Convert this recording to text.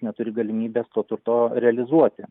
neturi galimybės to turto realizuoti